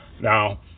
Now